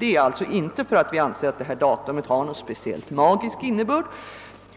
Det är inte för att vi anser att detta datum har någon speciellt magisk innebörd,